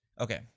okay